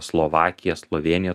slovakija slovėnija